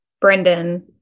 Brendan